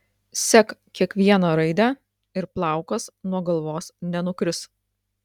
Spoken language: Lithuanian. sek kiekvieną raidę ir plaukas nuo galvos nenukris